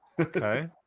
Okay